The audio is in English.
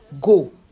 Go